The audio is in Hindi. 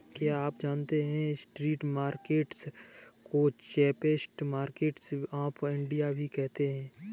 क्या आप जानते है स्ट्रीट मार्केट्स को चीपेस्ट मार्केट्स ऑफ इंडिया भी कहते है?